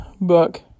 book